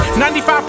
95%